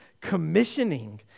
commissioning